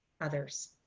others